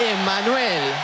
Emmanuel